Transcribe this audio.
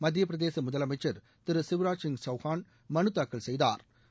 மத்திய பிரதேச முதலமைச்சர் திரு ஷிவ்ராஜ்சிங் சௌகான் மனுதாக்கல் செய்தாா்